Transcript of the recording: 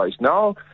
Now